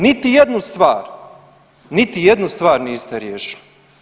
Niti jednu stvar, niti jednu stvar niste riješili.